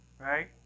Right